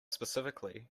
specifically